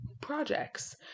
projects